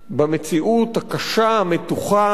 במציאות הקשה, המתוחה,